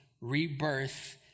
rebirth